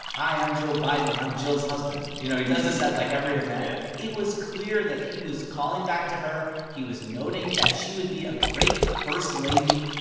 hi, i'm joe biden, and i'm jill's husband you know, he does this at, like, every event yeah it was clear that he was calling back to her. he was noting that she would be a great first lady,